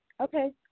okay